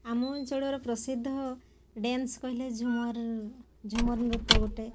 ଆମ ଅଞ୍ଚଳର ପ୍ରସିଦ୍ଧ ଡ୍ୟାନ୍ସ୍ କହିଲେ ଝୁମର୍ ଝୁମର୍ ନୃତ୍ୟ ଗୋଟେ